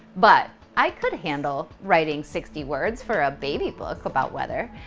but i could handle writing sixty words for a baby book about weather.